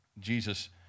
Jesus